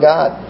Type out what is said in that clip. God